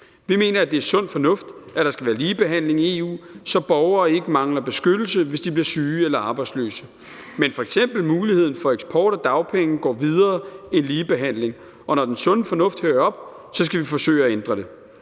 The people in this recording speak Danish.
Vi mener, at det er sund fornuft, at der skal være ligebehandling i EU, så borgere ikke mangler beskyttelse, hvis de bliver syge eller arbejdsløse. Men når f.eks. muligheden for eksport af dagpenge går videre end ligebehandling, og når den sunde fornuft hører op, skal vi forsøge at ændre det.